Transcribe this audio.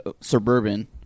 Suburban